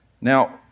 Now